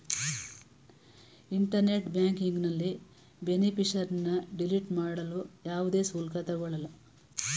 internet ಬ್ಯಾಂಕಿಂಗ್ನಲ್ಲಿ ಬೇನಿಫಿಷರಿನ್ನ delete ಮಾಡಲು ಯಾವುದೇ ಶುಲ್ಕ ತಗೊಳಲ್ಲ